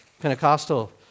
Pentecostal